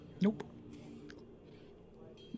Nope